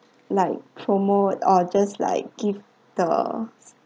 like promote or just like give the